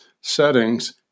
settings